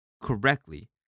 correctly